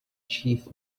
chief